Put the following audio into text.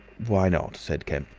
why not? said kemp.